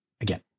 again